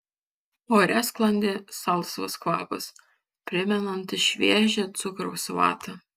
ore sklandė salsvas kvapas primenantis šviežią cukraus vatą